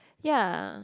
ya